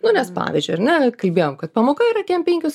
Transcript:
nu nes pavyzdžiui ar ne kalbėjom kad pamoka yra kiam penkios